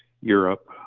Europe